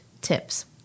tips